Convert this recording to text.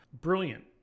Brilliant